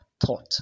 thought